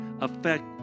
affect